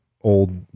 old